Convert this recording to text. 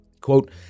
Quote